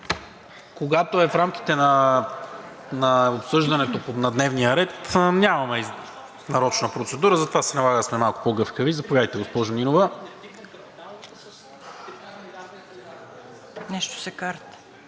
когато е в рамките на обсъждането на дневния ред, нямаме нарочна процедура, затова се налага да сме малко по-гъвкави. Заповядайте, госпожо Нинова. КОРНЕЛИЯ